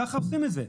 ככה עושים את זה.